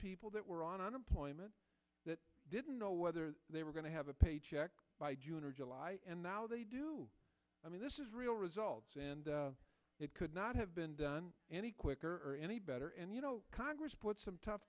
people that were on unemployment that didn't know whether they were going to have a paycheck by june or july and now they i mean this is real results and it could not have been done any quicker or any better and you know congress put some tough